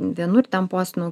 vienur ten postinau